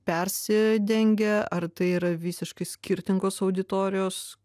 persidengia ar tai yra visiškai skirtingos auditorijos